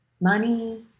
money